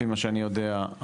יודע,